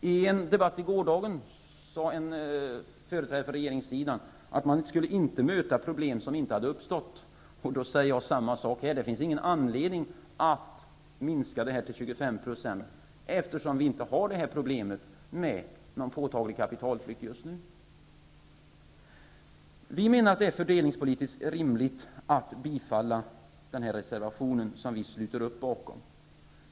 I en debatt i går sade en företrädare för regeringssidan att man inte skall möta problem som inte har uppstått. Då säger jag samma sak här: Det finns ingen anledning att minska kapitalbeskattningen till 25 %, eftersom vi inte har problem med någon påtaglig kapitalflykt just nu. Vi menar att det är fördelningspolitiskt rimligt att bifalla reservationen, som vi sluter upp bakom.